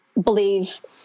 believe